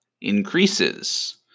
increases